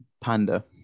Panda